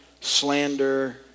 slander